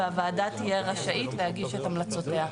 שהוועדה תהיה רשאית, זאת אומרת